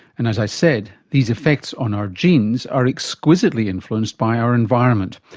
and as i said, these effects on our genes are exquisitely influenced by our environment.